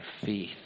faith